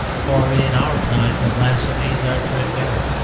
for in our time the blasphemies are threadbare.